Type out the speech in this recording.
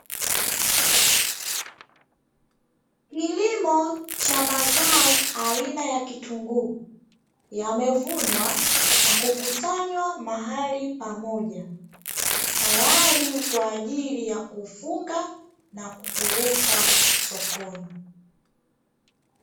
Kilimo cha mazao aina ya kitunguu, yamevunwa na kukusanywa mahali pamoja tayari kwa ajili ya kufunga na kupeleka sokoni.